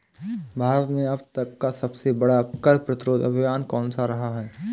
भारत में अब तक का सबसे बड़ा कर प्रतिरोध अभियान कौनसा रहा है?